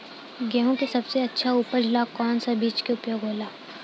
गेहूँ के सबसे अच्छा उपज ला कौन सा बिज के उपयोग होला?